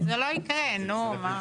כי זה לא יקרה, נו, מה.